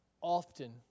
often